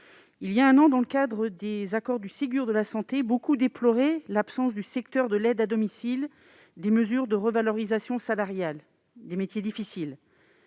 il y a un an, dans le cadre des accords du Ségur de la santé, beaucoup déploraient l'absence du secteur de l'aide à domicile des mesures de revalorisation salariale des métiers difficiles.